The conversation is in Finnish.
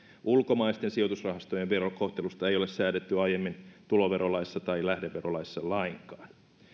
ulkomaisten sijoitusrahastojen verokohtelusta ei ole säädetty aiemmin tuloverolaissa tai lähdeverolaissa lainkaan